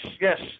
yes